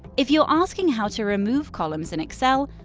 if you're asking how to remove columns in excel,